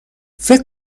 فکر